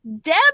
Deb